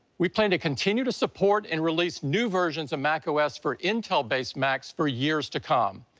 we plan to continue to support and release new versions of macos for intel-based macs for years to come.